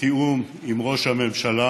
בתיאום עם ראש הממשלה,